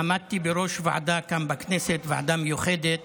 עמדתי בראש ועדה כאן, בכנסת, ועדה מיוחדת